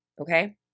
Okay